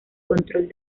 control